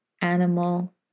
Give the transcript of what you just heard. animal